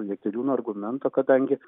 jakeliūno argumento kadangi